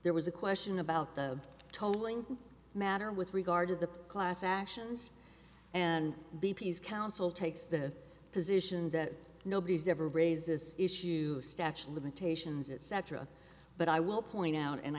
there was a question about the tolling matter with regard to the class actions and the peace council takes the position that nobody's ever raised this issue of statute limitations it cetera but i will point out and